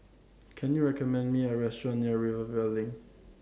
Can YOU recommend Me A Restaurant near Rivervale LINK